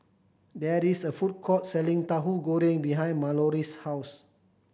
there is a food court selling Tahu Goreng behind Mallory's house